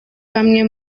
bamwe